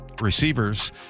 receivers